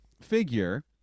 figure